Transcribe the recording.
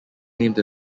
named